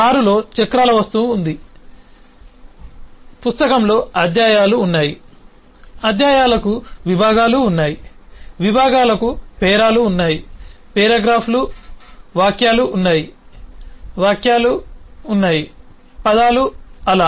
కారులో చక్రాల వస్తువు ఉంది పుస్తకంలో అధ్యాయాలు ఉన్నాయి అధ్యాయాలకు విభాగాలు ఉన్నాయి విభాగాలకు పేరాలు ఉన్నాయి పేరాగ్రాఫ్లు వాక్యాలు ఉన్నాయి వాక్యాలు ఉన్నాయి పదాలు అలా